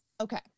Okay